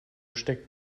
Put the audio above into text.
steckt